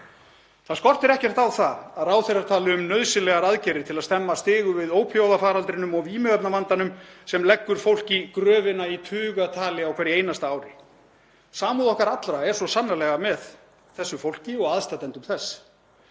Það skortir ekkert á það að ráðherrar tali um nauðsynlegar aðgerðir til að stemma stigu við ópíóíðafaraldrinum og vímuefnavandanum sem leggur fólk í gröfina í tugatali á hverju einasta ári. Samúð okkar allra er svo sannarlega með þessu fólki og aðstandendum þess,